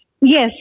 yes